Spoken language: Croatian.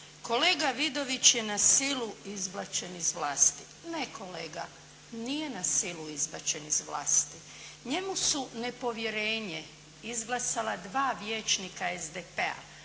"Kolega Vidović je na silu izbačen iz vlasti". Ne kolega, nije na silu izbačen iz Vlasti. Njemu su nepovjerenje izglasala dva vijećnika SDP-a,